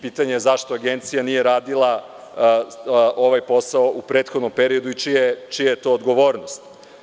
Pitanje je zašto Agencija nije radila ovaj posao u prethodnom periodu i čija je to odgovornost?